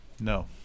No